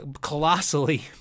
Colossally